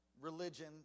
religion